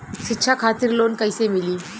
शिक्षा खातिर लोन कैसे मिली?